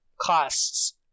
costs